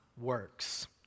works